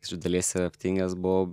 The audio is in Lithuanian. iš dalies efektingas buvau